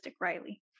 Riley